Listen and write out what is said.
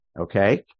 okay